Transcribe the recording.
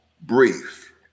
brief